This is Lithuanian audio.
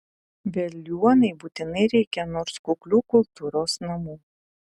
veliuonai būtinai reikia nors kuklių kultūros namų